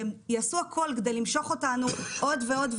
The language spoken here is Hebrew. והם יעשו הכול כדי למשוך אותנו עוד ועוד,